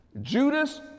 Judas